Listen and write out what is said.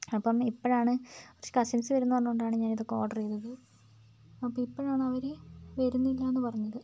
അപ്പം ഇപ്പോഴാണ് കസിൻസ് വരുമെന്ന് പറഞ്ഞതുകൊണ്ടാണ് ഞാനിതൊക്കെ ഓഡർ ചെയ്തത് അപ്പം ഇപ്പോഴാണ് അവർ വരുന്നില്ലാന്ന് പറഞ്ഞത്